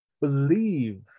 believe